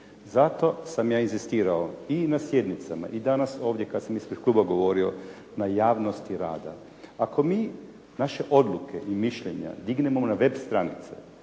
Zato sam ja inzistirao i na sjednicama i danas ovdje kad sam ispred kluba govorio na javnosti rada. Ako mi naše odluke i mišljenja dignemo na web stranice